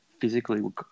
physically